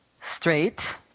straight